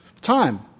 time